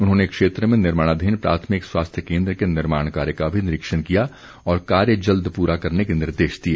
उन्होंने क्षेत्र में निर्माणाधीन प्राथमिक स्वास्थ्य केन्द्र के निर्माण कार्य का भी निरीक्षण किया और कार्य जल्द पूरा करने के निर्देश दिए